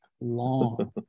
long